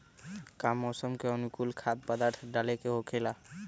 का मौसम के अनुकूल खाद्य पदार्थ डाले के होखेला?